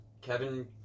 Kevin